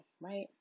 right